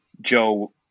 Joe